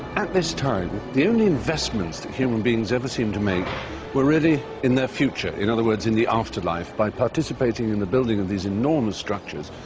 at this time, the only investments that human beings ever seemed to make were in their future, in other words in the afterlife. by participating in the building of these enormous structures,